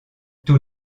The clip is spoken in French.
tous